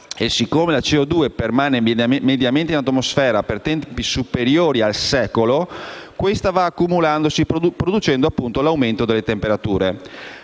e, siccome la CO2 permane mediamente in atmosfera per tempi superiori al secolo, questa va accumulandosi producendo un aumento delle temperature.